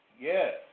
Yes